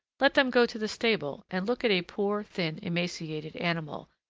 let them go to the stable and look at a poor, thin, emaciated animal,